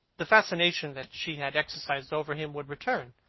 the fascination that she had exercised over him would return.